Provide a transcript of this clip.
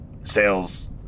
sales